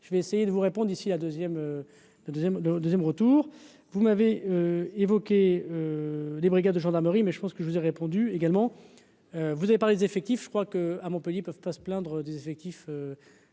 je vais essayer de vous répondent ici la 2ème la 2ème 2ème retour, vous m'avez évoqué des brigades de gendarmerie mais je pense que je vous ai répondu également vous avez pas les effectifs, je crois que, à Montpellier, ils peuvent pas se plaindre des effectifs